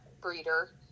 breeder